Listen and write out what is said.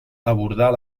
abordar